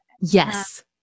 Yes